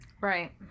Right